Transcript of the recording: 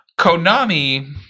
Konami